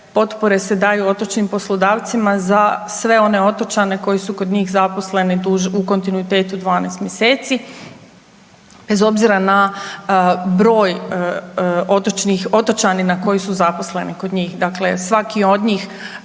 potpore se daju otočnim poslodavcima za sve one otočane koji su kod njih zaposleni u kontinuitetu 12 mjeseci, bez obzira na broj otočanina koji su zaposleni kod njih. Dakle, svaki od njih